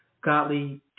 godly